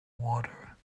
water